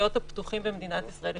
הקניות הפתוחים במדינת ישראל.